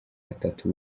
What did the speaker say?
batatu